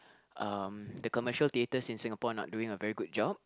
um the commercial theatres in Singapore are not doing a very good job